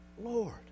Lord